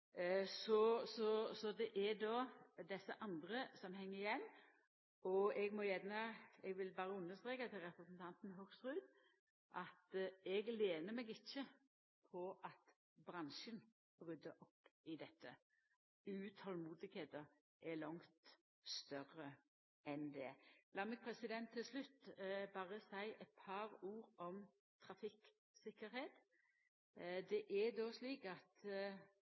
så er dette på plass automatisk. Det er desse andre som heng igjen. Eg vil berre understreke overfor representanten Hoksrud at eg lener meg ikkje på at bransjen ryddar opp i dette. Utolmodet er langt større enn det. Lat meg til slutt berre seia eit par ord om trafikktryggleik. Det er då slik at